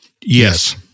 Yes